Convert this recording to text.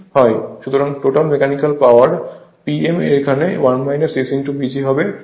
সুতরাং total mechanical power Pm এখানে 1 S PG হবে